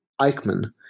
Eichmann